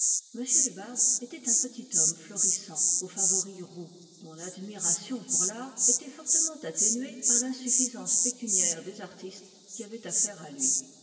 m hubbard était un petit homme florissant aux favoris roux dont l'admiration pour l'art était fortement atténuée par l'insuffisance pécuniaire des artistes qui avaient affaire à lui